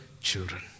children